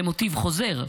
זה מוטיב חוזר.